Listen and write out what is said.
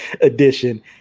edition